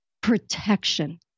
protection